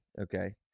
Okay